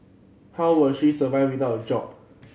how will she survive without the job